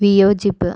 വിയോജിപ്പ്